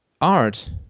art